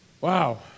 Wow